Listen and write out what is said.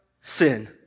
sin